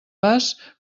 pas